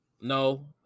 No